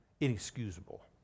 inexcusable